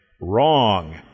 Wrong